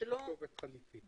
יש כתובת חליפית.